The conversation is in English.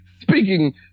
speaking